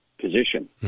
position